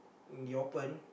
in the open